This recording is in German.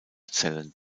zellen